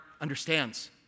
understands